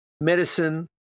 medicine